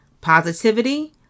positivity